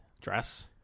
dress